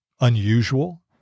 unusual